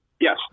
Yes